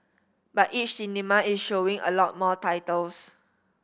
but each cinema is showing a lot more titles